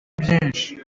byinshi